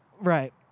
Right